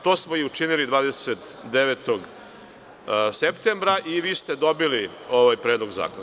To smo i učinili 26. septembra i vi ste dobili ovaj predlog zakona.